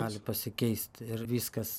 gali pasikeist ir viskas